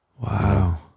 wow